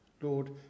Lord